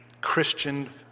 Christian